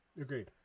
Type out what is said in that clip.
Agreed